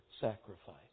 sacrifice